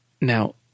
Now